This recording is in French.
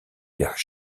vers